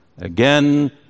again